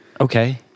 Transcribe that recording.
Okay